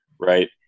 right